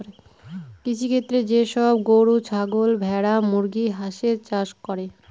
কৃষিক্ষেত্রে যে সব গরু, ছাগল, ভেড়া, মুরগি, হাঁসের চাষ করে